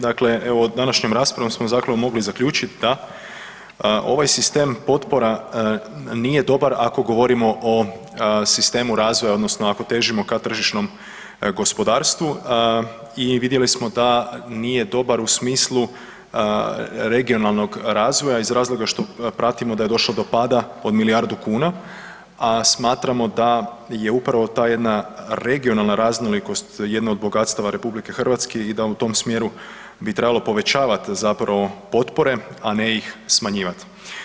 Dakle, evo današnjom raspravu smo zapravo mogli zaključiti da ovaj sisteme potpora nije dobar ako govorimo o sistemu razvoja odnosno ako težimo ka tržišnom gospodarstvu i vidjeli smo da nije dobar u smislu regionalnog razvoja iz razloga što pratimo da je došlo do pada od milijardu kuna, a smatramo da je ta jedna regionalna raznolikost jedno od bogatstava RH i da u tom smjeru bi trebalo povećavati zapravo potpore, a ne ih smanjivat.